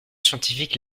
scientifique